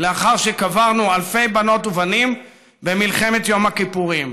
לאחר שקברנו אלפי בנות ובנים במלחמת יום הכיפורים,